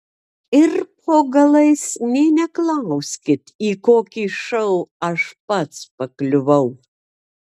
ir po galais nė neklauskit į kokį šou aš pats pakliuvau